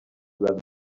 where